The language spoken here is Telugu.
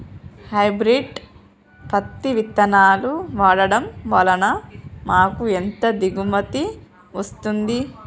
హైబ్రిడ్ పత్తి విత్తనాలు వాడడం వలన మాకు ఎంత దిగుమతి వస్తుంది?